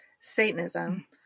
Satanism